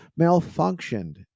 malfunctioned